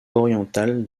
orientale